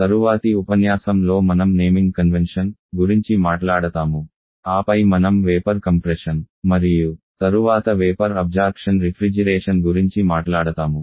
తరువాతి ఉపన్యాసం లో మనం నేమింగ్ కన్వెన్షన్ గురించి మాట్లాడతాము ఆపై మనం వేపర్ కంప్రెషన్ మరియు తరువాత వేపర్ అబ్జార్ప్షన్ రిఫ్రిజిరేషన్ గురించి మాట్లాడతాము